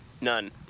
None